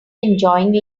enjoying